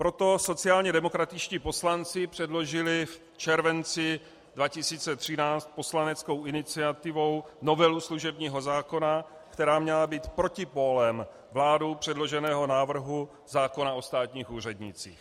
Proto sociálně demokratičtí poslanci předložili v červenci 2013 poslaneckou iniciativou novelu služebního zákona, která měla být protipólem vládou předloženého návrhu zákona o státních úřednících.